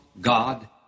God